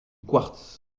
quartz